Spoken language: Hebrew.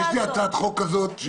יש לי הצעת חוק כזאת.